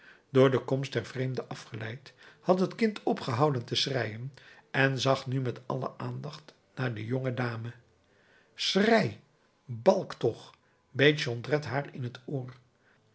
door de komst der vreemden afgeleid had het kind opgehouden te schreien en zag nu met alle aandacht naar de jonge dame schrei balk toch beet jondrette haar in t oor